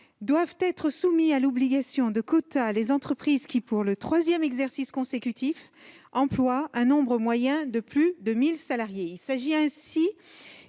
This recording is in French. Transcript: Doivent être soumises à l'obligation de quotas les entreprises qui, pour le troisième exercice consécutif, emploient un nombre moyen de plus de 1 000 salariés.